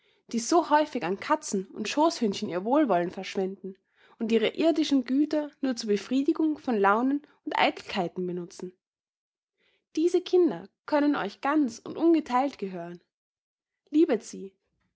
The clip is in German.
die so häufig an katzen und schooßhündchen ihr wohlwollen verschwenden und ihre irdischen güter nur zur befriedigung von launen und eitelkeiten benützen diese kinder können euch ganz und ungetheilt gehören liebet sie